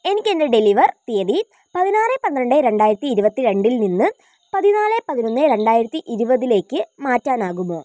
എനിക്ക് എന്റെ ഡെലിവർ തീയതി പതിനാറ് പന്ത്രണ്ട് രണ്ടായിരത്തി ഇരുപത്തിരണ്ടിൽ നിന്ന് പതിനാല് പതിനൊന്ന് രണ്ടായിരത്തി ഇരുപതിലേക്ക് മാറ്റാനാകുമോ